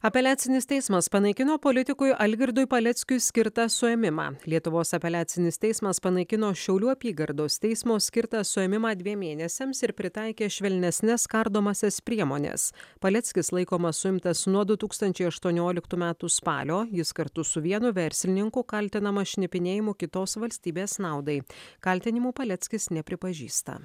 apeliacinis teismas panaikino politikui algirdui paleckiui skirtą suėmimą lietuvos apeliacinis teismas panaikino šiaulių apygardos teismo skirtą suėmimą dviem mėnesiams ir pritaikė švelnesnes kardomąsias priemones paleckis laikomas suimtas nuo du tūkstančiai aštuonioliktų metų spalio jis kartu su vienu verslininku kaltinamas šnipinėjimu kitos valstybės naudai kaltinimų paleckis nepripažįsta